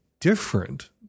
different